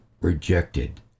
rejected